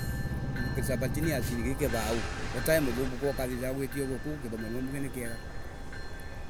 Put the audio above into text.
Savati ni siringi kivau. utaimuthomu ko ukathiisaga guitia uguo kou Kithomo nwambuge nikiega